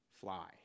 fly